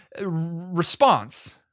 response